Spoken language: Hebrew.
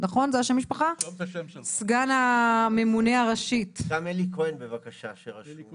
סגן הממונה הראשית על יחסי עבודה